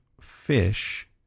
fish